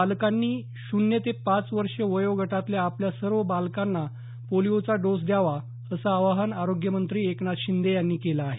पालकांनी शून्य ते पाच वर्ष वयोगटातल्या आपल्या सर्व बालकांना पोलिओचा डोस द्यावा असं आवाहन आरोग्यमंत्री एकनाथ शिंदे यांनी केलं आहे